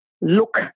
look